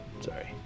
sorry